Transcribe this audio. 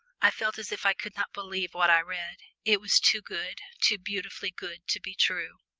i felt as if i could not believe what i read. it was too good, too beautifully good to be true.